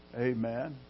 Amen